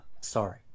Sorry